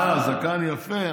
אה, הזקן יפה.